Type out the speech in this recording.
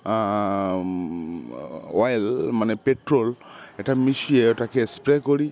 oil মানে petrol একটা মিশিয়ে ওটাকে স্প্রে করি